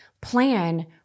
plan